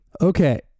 Okay